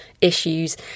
issues